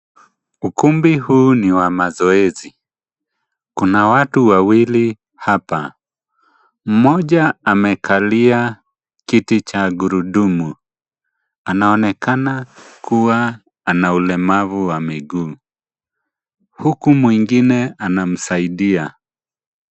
Ukumbi huu ni wa mazoezi kuna watu wawili hapa, mmoja amekalia kiti cha gurudumu anaonekana kuwa ana ulemavu wa miguu, huku mwingine anamsaidia.